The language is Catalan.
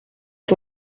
per